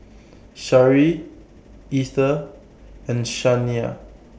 Shari Ether and Shaniya